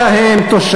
ומה תעשה עם האנשים?